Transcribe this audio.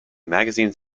magazines